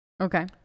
Okay